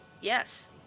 Yes